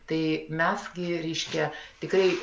tai mes gi reiškia tikrai